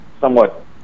somewhat